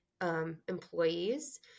employees